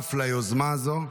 שותף ליוזמה הזו.